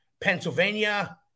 Pennsylvania